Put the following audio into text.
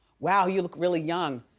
wow, you look really young.